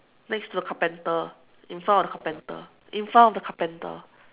next to the carpenter in front of the carpenter in front of the carpenter